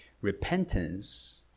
Repentance